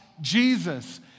Jesus